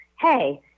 Hey